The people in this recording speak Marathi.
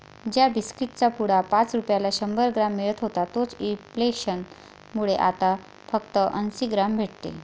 ज्या बिस्कीट चा पुडा पाच रुपयाला शंभर ग्राम मिळत होता तोच इंफ्लेसन मुळे आता फक्त अंसी ग्राम भेटते